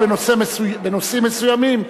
בנושאים מסוימים,